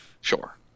sure